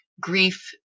grief